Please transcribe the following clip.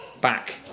back